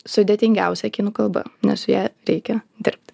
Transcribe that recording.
sudėtingiausia kinų kalba nes su ja reikia dirbt